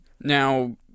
now